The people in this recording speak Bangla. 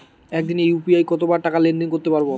একদিনে ইউ.পি.আই কতবার টাকা লেনদেন করতে পারব?